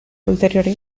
ulteriore